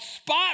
spot